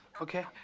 okay